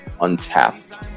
untapped